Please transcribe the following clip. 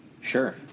sure